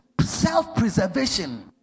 self-preservation